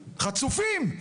חצופים.